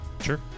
sure